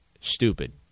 Stupid